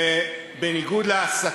אז תביאו את זה בחשבון.